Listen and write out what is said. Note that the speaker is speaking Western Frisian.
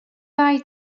wei